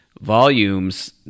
volumes